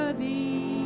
the